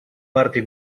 partie